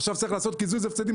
עכשוי צריך לעשות קיזוז הפסדים